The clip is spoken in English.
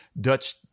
Dutch